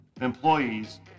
Employees